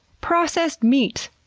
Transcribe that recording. processed meat,